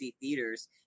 theaters